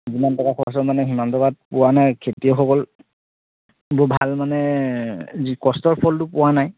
যিমান টকা খৰচ হয় মানে সিমান টকাত পোৱা নাই খেতিয়কসকল বৰ ভাল মানে যি কষ্টৰ ফলটো পোৱা নাই